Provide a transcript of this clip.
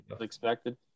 expected